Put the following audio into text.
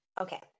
Okay